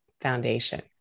foundation